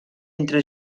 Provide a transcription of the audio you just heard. entre